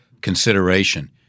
consideration